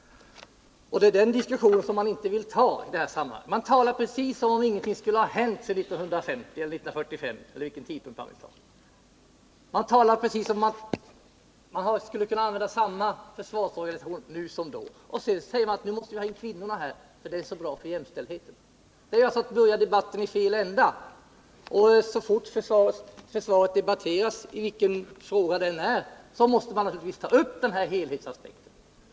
Det är en diskussion om detta man inte vill föra i det här sammanhanget. Man talar precis som om ingenting skulle ha hänt sedan 1950 eller 1945 eller någon annan sådan tidpunkt. Man talar precis som om samma försvarsorganisation skulle kunna användas nu som då. Och sedan säger man: Nu måste vi ha in kvinnorna här, för det är så bra för jämställdheten. Men det är att börja debatten i fel ände. Så fort försvaret debatteras — vilken specialfråga det än gäller — måste naturligtvis helhetsaspekten tas upp.